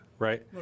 Right